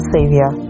Savior